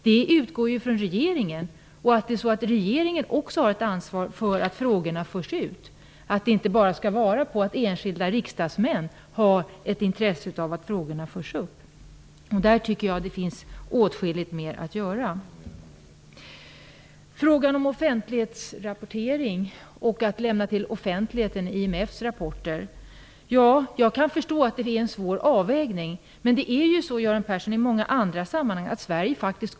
Detta skulle utgå från regeringen, och även regeringen har ett ansvar för att frågorna förs ut. Det är inte bara enskilda riksdagsmän som skall ha intresse av att frågorna tas upp. Jag tycker att det finns åtskilligt mer att göra på denna punkt. Vad gäller frågan om att lämna ut IMF:s rapporter till offentligheten kan jag förstå att man har en svår avvägning att göra, men Sverige går faktiskt i många andra sammanhang före, Göran Persson.